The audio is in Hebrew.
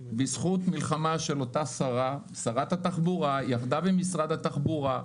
בזכות מלחמה של שרת התחבורה יחדיו עם משרד התחבורה,